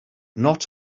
not